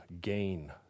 gain